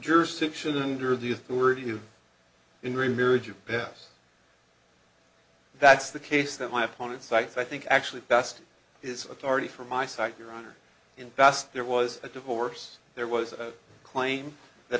jurisdiction under the authority if in remarriage it pass that's the case that my opponent cites i think actually best is authority for my site your honor in best there was a divorce there was a claim that